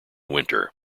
winter